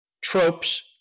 tropes